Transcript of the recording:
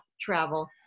travel